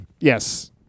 yes